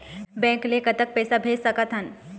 Bank ले कतक पैसा भेज सकथन?